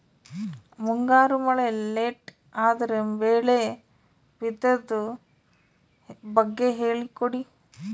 ಮುಂಗಾರು ಮಳೆ ಲೇಟ್ ಅದರ ಬೆಳೆ ಬಿತದು ಬಗ್ಗೆ ಹೇಳಿ ಕೊಡಿ?